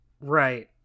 right